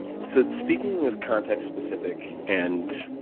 so speaking of context specific and